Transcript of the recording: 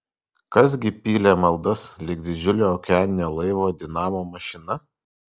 kas gi pylė maldas lyg didžiulio okeaninio laivo dinamo mašina